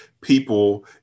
people